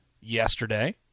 yesterday